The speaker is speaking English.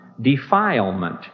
defilement